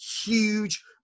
huge